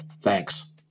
Thanks